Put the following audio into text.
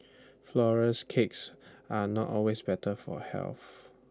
Flourless Cakes are not always better for health